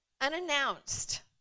Unannounced